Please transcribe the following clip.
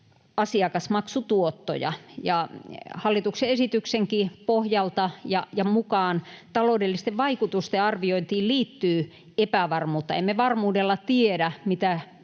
asiakasmaksutuottoja. Hallituksen esityksenkin pohjalta ja mukaan taloudellisten vaikutusten arviointiin liittyy epävarmuutta. Emme varmuudella tiedä,